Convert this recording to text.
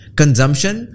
consumption